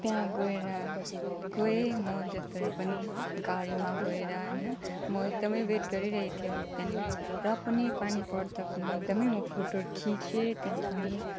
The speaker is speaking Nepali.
त्यहाँ गएर गएँ म जसरी पनि गाडीमा गएर होइन म एकदमै वेट गरिरहेको थिएँ त्यहाँनिर र पनि पानी पर्दा पनि एकदमै म फोटो खिचेँ त्यहाँ पनि